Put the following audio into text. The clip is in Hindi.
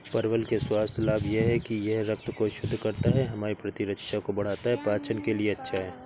परवल के स्वास्थ्य लाभ यह हैं कि यह रक्त को शुद्ध करता है, हमारी प्रतिरक्षा को बढ़ाता है, पाचन के लिए अच्छा है